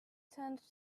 turned